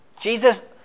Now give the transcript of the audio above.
Jesus